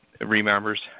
remembers